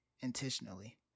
intentionally